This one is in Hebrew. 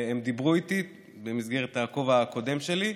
והם דיברו איתי במסגרת הכובע הקודם שלי.